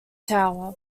tower